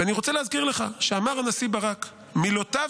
ואני רוצה להזכיר לך שאמר הנשיא ברק: "מילותיו